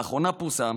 לאחרונה פורסם